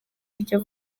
iryo